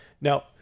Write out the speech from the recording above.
Now